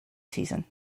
season